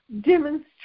Demonstrate